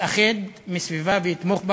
יתאחד סביבה ויתמוך בה.